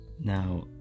Now